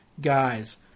guys